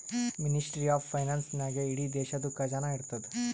ministry of finance ನಾಗೇ ಇಡೀ ದೇಶದು ಖಜಾನಾ ಇರ್ತುದ್